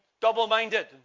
double-minded